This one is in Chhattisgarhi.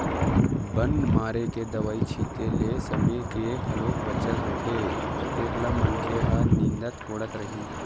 बन मारे के दवई छिते ले समे के घलोक बचत होथे कतेक ल मनसे ह निंदत कोड़त रइही